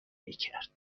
میکرد